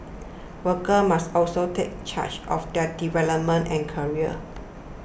workers must also take charge of their development and careers